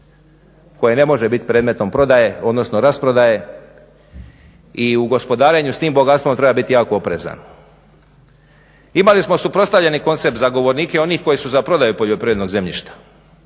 koje ne može biti predmetom prodaje, odnosno rasprodaje. I u gospodarenju s tim bogatstvom treba biti jako oprezan. Imali smo suprotstavljeni koncept za govornike onih koji su za prodaju poljoprivrednog zemljišta,